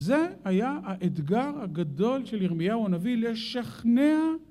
זה היה האתגר הגדול של ירמיהו הנביא לשכנע